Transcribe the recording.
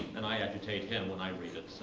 and i agitate him when i read it